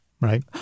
Right